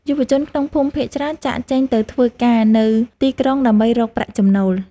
យុវជនក្នុងភូមិភាគច្រើនចាកចេញទៅធ្វើការនៅទីក្រុងដើម្បីរកប្រាក់ចំណូល។